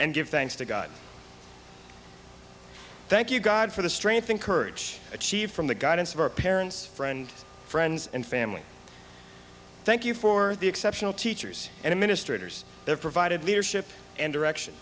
and give thanks to god thank you god for the strength and courage achieved from the guidance of our parents friend friends and family thank you for the exceptional teachers and administrators that provided leadership and direction